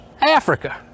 Africa